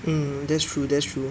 mm that's true that's true